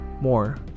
more